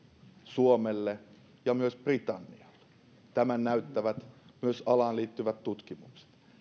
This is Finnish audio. suomelle ja myös britannialle tämän näyttävät myös alaan liittyvät tutkimukset